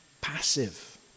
passive